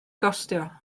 gostio